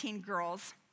girls